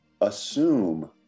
assume